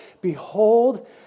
behold